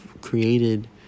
created